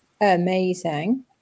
Amazing